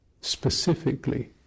specifically